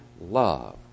love